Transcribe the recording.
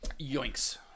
Yoink's